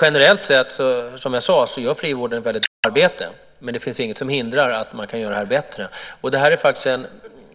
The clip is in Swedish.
Generellt sett gör, som jag sade, frivården ett väldigt bra arbete, men det finns inget som hindrar att arbetet kan göras bättre.